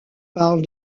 parle